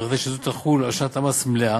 וכדי שזו תחול על שנת מס מלאה,